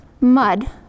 mud